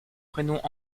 prénoms